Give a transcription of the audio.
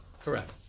Correct